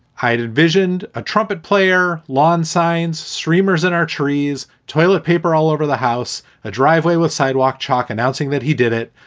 i envisioned a trumpet player, lawn signs, streamers in our trees, toilet paper all over the house, a driveway with sidewalk chalk announcing that he did it.